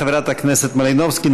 חברת הכנסת מלינובסקי,